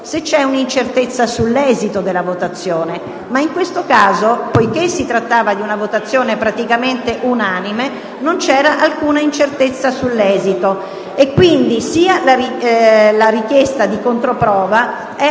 se c'è un'incertezza sull'esito della votazione stessa. Ma nel caso specifico, poiché si trattava di una approvazione praticamente unanime, non vi era alcuna incertezza sull'esito e quindi la richiesta di controprova è